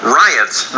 riots